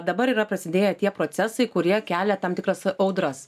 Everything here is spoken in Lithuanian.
dabar yra prasidėję tie procesai kurie kelia tam tikras audras